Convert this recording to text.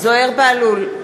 זוהיר בהלול,